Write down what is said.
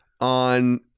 on